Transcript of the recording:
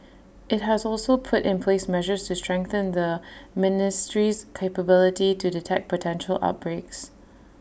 IT has also put in place measures to strengthen the ministry's capability to detect potential outbreaks